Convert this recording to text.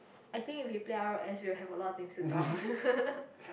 I think if we play r_o_s we will have a lot of things to talk